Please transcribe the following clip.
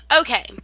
Okay